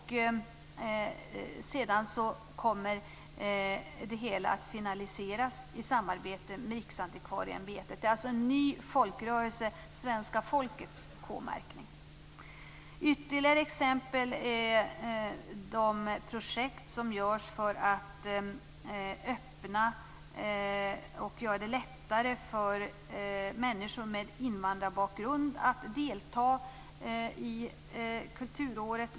Sedan kommer det hela att finaliseras i samarbete med Riksantikvarieämbetet. Det är alltså en ny folkrörelse: Svenska folkets k-märkning. Ytterligare exempel är de projekt som görs för att öppna och göra det lättare för människor med invandrarbakgrund att delta i kulturåret.